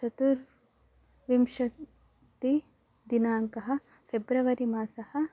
चतुर्विंशतिदिनाङ्कः फ़ेब्रवरि मासः